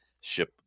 ship